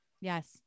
Yes